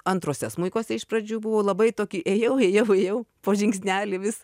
antruose smuikuose iš pradžių buvau labai tokį ėjau ėjau ėjau po žingsnelį vis